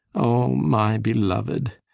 o my beloved,